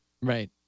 Right